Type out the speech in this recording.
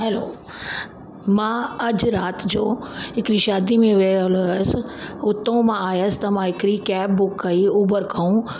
hello मां अॼु राति जो हिकिड़ी शादी में वियल हुअसि हुतो मां आयसि त मां हिकिड़ी कैब बुक कई उबर खों